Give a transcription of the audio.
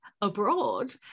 abroad